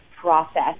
process